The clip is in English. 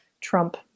Trump